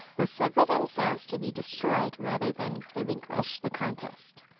will suffer themselves to be destroyed rather than relinquish the contest.